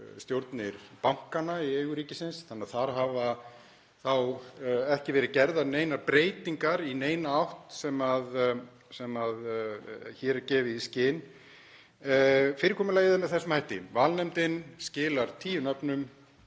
stjórnir bankanna í eigu ríkisins þannig að þar hafa ekki verið gerðar neinar breytingar í neina þá átt sem hér er gefið í skyn. Fyrirkomulagið er með þessum hætti: Valnefndin skilar tíu nöfnum.